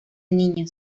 niñas